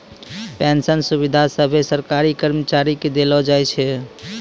pension सुविधा सभे सरकारी कर्मचारी के देलो जाय छै